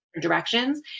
directions